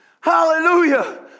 hallelujah